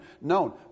known